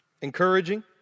encouraging